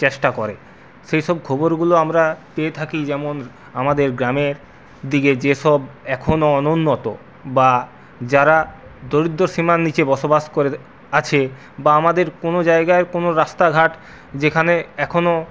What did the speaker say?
চেষ্টা করে সেই সব খবরগুলো আমরা পেয়ে থাকি যেমন আমাদের গ্রামের দিকে যে সব এখনও অনুন্নত বা যারা দরিদ্র সীমার নিচে বসবাস করে আছে বা আমাদের কোনো জায়গায় কোনো রাস্তাঘাট যেখানে এখনও